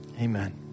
Amen